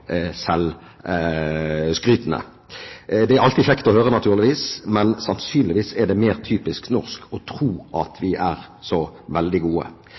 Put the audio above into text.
Det er naturligvis alltid kjekt å høre det, men sannsynligvis er det mer typisk norsk å tro at vi er så veldig gode.